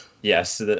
yes